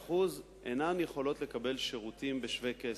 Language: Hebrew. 75% אינם יכולים לקבל שירותים בשווה-כסף.